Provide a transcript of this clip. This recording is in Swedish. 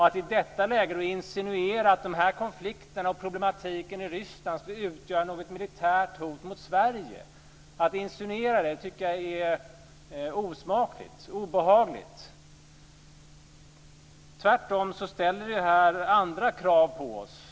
Att i detta läge insinuera att denna konflikt och problematik i Ryssland skulle utgöra något militärt hot mot Sverige tycker jag är osmakligt och obehagligt. Tvärtom ställer detta andra krav på oss.